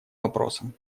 вопросом